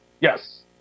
Yes